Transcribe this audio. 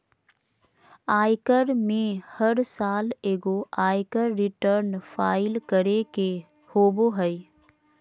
आयकर में हर साल एगो आयकर रिटर्न फाइल करे के होबो हइ